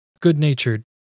good-natured